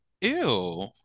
Ew